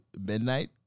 midnight